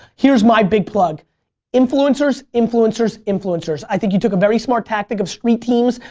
here's my big plug influencers, influencers, influencers. i think you took a very smart tactic of street teams.